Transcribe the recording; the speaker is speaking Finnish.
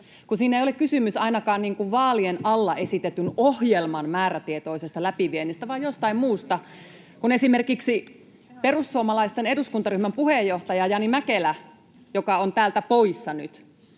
siinä ei ole kysymys ainakaan vaalien alla esitetyn ohjelman määrätietoisesta läpiviennistä vaan jostain muusta. Esimerkiksi perussuomalaisten eduskuntaryhmän puheenjohtaja Jani Mäkelä, joka on täältä poissa nyt,